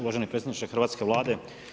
Uvaženi predsjedniče hrvatske Vlade.